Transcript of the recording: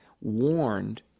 warned